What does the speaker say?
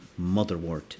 Motherwort